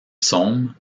psaumes